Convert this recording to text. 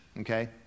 Okay